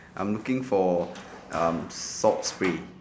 I'm looking for um salt spray